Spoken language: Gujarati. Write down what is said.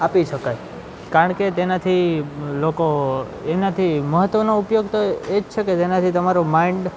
આપી શકાય કારણકે તેનાથી લોકો એનાથી મહત્ત્વનો ઉપયોગ તો એ જ છે કે જેનાથી તમારું માઈન્ડ